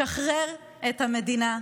שחרר את המדינה.